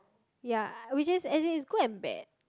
ya which is as in is good and bad